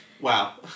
Wow